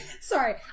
Sorry